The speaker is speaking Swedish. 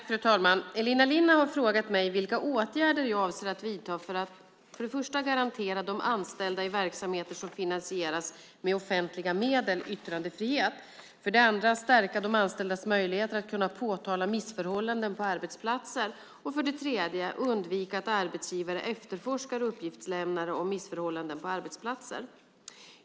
Fru talman! Elina Linna har frågat mig vilka åtgärder jag avser att vidta för att 1. garantera de anställda i verksamheter som finansieras med offentliga medel yttrandefrihet, 2. stärka de anställdas möjligheter att påtala missförhållanden på arbetsplatser och 3. undvika att arbetsgivare efterforskar uppgiftslämnare om missförhållanden på arbetsplatser.